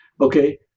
Okay